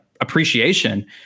appreciation